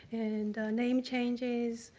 and name changes.